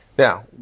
Now